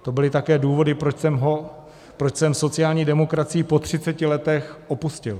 To byly také důvody, proč jsem sociální demokracii po 30 letech opustil.